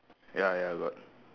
ya ya got